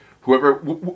whoever